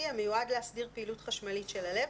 המיועד להסדיר פעילות חשמלית של הלב,